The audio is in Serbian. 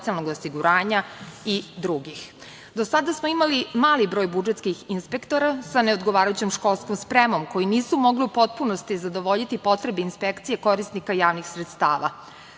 socijalnog osiguranja i drugih. Do sada smo imali mali broj budžetskih inspektora sa neodgovarajućom školskom spremom koji nisu mogli u potpunosti zadovoljiti potrebe inspekcije korisnika javnih sredstava.